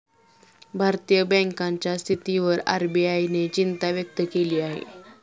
भारतीय बँकांच्या स्थितीवर आर.बी.आय ने चिंता व्यक्त केली आहे